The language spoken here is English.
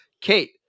Kate